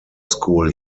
school